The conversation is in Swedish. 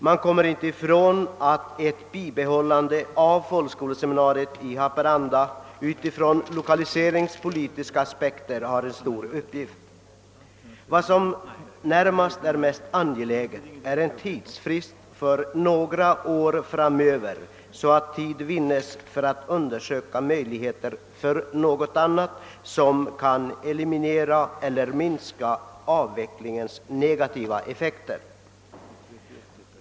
Det kan inte förnekas att ett bibehållande av folkskoleseminariet i Haparanda ur lokaliseringspolitiska aspekter är av stort värde. Vad som är mest angeläget för mig är att vi får några års tidsfrist för att undersöka möjligheterna att finna något som kan eliminera eller minska avvecklingens negativa effekter.